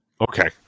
Okay